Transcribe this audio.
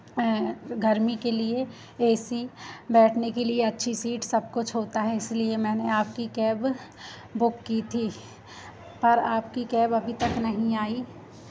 गर्मी के लिए ए सी बैठने के लिए अच्छी सीट सब कुछ होता है इसलिए मैंने आपकी कैब बुक की थी पर आपकी कैब अभी तक नहीं आई